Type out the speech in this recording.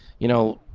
you know,